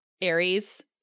Aries